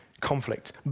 conflict